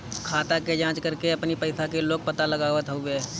खाता के जाँच करके अपनी पईसा के लोग पता लगावत हवे